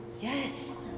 Yes